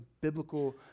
biblical